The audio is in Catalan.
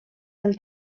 del